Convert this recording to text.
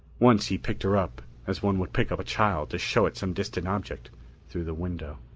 once he picked her up as one would pick up a child to show it some distant object through the window.